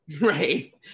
Right